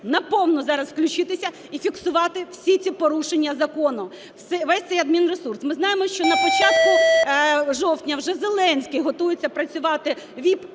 на повну зараз включитися і фіксувати всі ці порушення закону, весь цей адмінресурс. Ми знаємо, що на початку жовтня вже Зеленський готується працювати